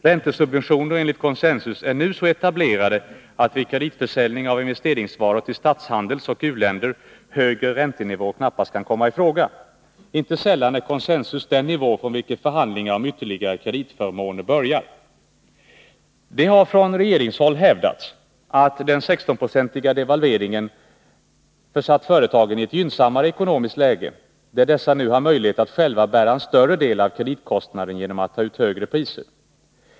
Räntesubventioner enligt consensus är nu så etablerade att vid kreditförsäljning av investeringsvaror till statshandelsoch u-länder högre räntenivå knappast kommer i fråga. Inte sällan är consensus den nivå från vilken förhandlingar om ytterligare kreditförmåner börjar. Det har från regeringshåll hävdats att den 16-procentiga devalveringen försatt företagen i ett gynnsammare ekonomiskt läge, där dessa nu har möjlighet att själva bära en större del av kreditkostnaden genom att ta ut högre priser.